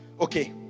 okay